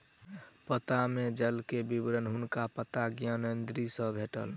पत्ता में जल के विवरण हुनका पत्ता ज्ञानेंद्री सॅ भेटल